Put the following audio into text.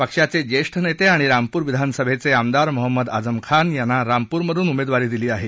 पक्षाचे ज्येष्ठ नेते आणि रामपूर विधानसभेचे आमदार मोहम्मद आझमखान यांना रामपूरमधून उमेदवारी दिली आहे